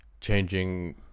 changing